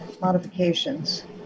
modifications